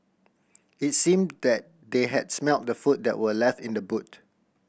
it seemed that they had smelt the food that were left in the boot